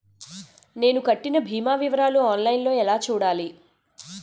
నేను కట్టిన భీమా వివరాలు ఆన్ లైన్ లో ఎలా చూడాలి?